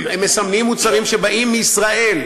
הם מסמנים מוצרים שבאים מישראל.